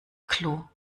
klo